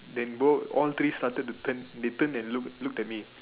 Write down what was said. then both all three started to turn they turn and look look at me